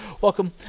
Welcome